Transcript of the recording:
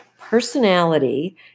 personality